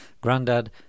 Grandad